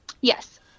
Yes